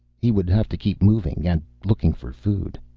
he would have to keep moving and looking for food.